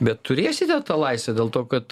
bet turėsite tą laisvę dėl to kad